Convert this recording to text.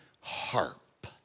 harp